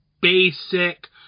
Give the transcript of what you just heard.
basic